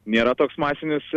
nėra toks masinis